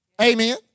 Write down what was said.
Amen